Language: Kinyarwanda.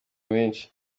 menshi